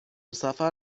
سفر